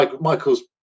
Michael's